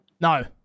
No